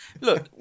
Look